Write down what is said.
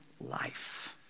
life